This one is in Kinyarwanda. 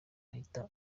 ahita